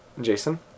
Jason